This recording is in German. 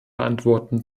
antworten